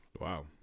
Wow